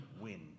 win